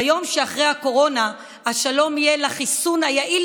ביום שאחרי הקורונה השלום יהיה לחיסון היעיל